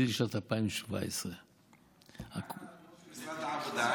לשנת 2017. מה עם הנתון של משרד העבודה,